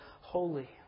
holy